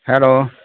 hello